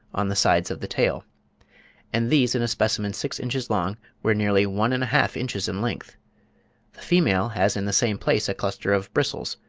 on the sides of the tail and these in a specimen six inches long were nearly one and a half inches in length the female has in the same place a cluster of bristles,